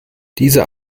dieser